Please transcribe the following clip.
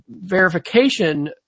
verification